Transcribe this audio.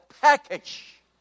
package